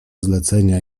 zlecenia